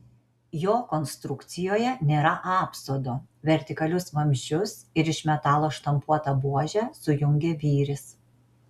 jo konstrukcijoje nėra apsodo vertikalius vamzdžius ir iš metalo štampuotą buožę sujungia vyris